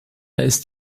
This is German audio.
ist